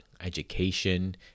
education